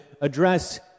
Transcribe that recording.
address